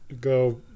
Go